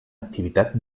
activitat